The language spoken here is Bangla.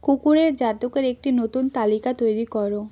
কুকুরের জাতকের একটি নতুন তালিকা তৈরি করো